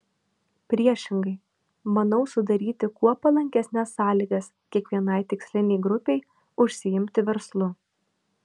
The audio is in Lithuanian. priešingai manau sudaryti kuo palankesnes sąlygas kiekvienai tikslinei grupei užsiimti verslu